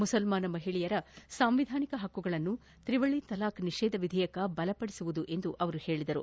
ಮುಸಲ್ಮಾನ ಮಹಿಳೆಯರ ಸಾಂವಿಧಾನಿಕ ಹಕ್ಕುಗಳನ್ನು ತ್ರಿವಳಿ ತಲಾಕ್ ನಿಷೇಧ ವಿಧೇಯಕ ಬಲಪಡಿಸಲಿದೆ ಎಂದು ಅವರು ಹೇಳಿದರು